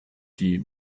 die